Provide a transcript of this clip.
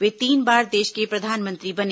वे तीन बार देश के प्रधानमंत्री बने